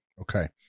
Okay